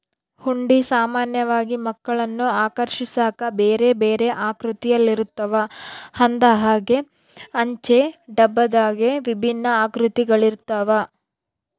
ಹುಂಡಿ ಸಾಮಾನ್ಯವಾಗಿ ಮಕ್ಕಳನ್ನು ಆಕರ್ಷಿಸಾಕ ಬೇರೆಬೇರೆ ಆಕೃತಿಯಲ್ಲಿರುತ್ತವ, ಹಂದೆಂಗ, ಅಂಚೆ ಡಬ್ಬದಂಗೆ ವಿಭಿನ್ನ ಆಕೃತಿಗಳಿರ್ತವ